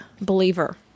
believer